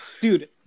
Dude